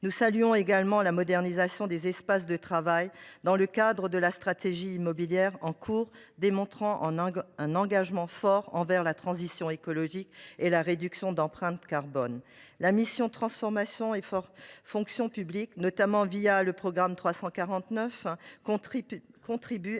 Nous saluons également la modernisation des espaces de travail dans le cadre de la stratégie immobilière en cours, démontrant un engagement fort envers la transition écologique et la réduction de l’empreinte carbone. La mission « Transformation et fonction publiques », notamment le programme 349, contribue à inverser la dynamique